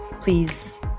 Please